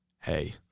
hey